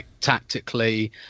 tactically